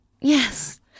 Yes